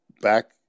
back